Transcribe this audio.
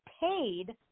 paid